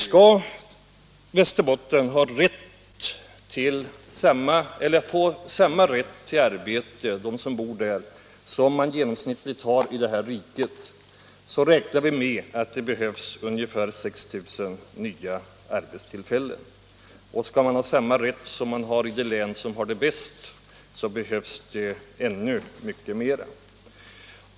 Skall de som bor i Västerbotten få samma rätt till arbete som man genomsnittligt har i vårt land, så räknar vi med att det behövs ungefär 6 000 nya arbetstillfällen. Och skall de som bor i Västerbotten ha samma rätt som man har i de län som har det bäst så behövs det ännu mycket mer.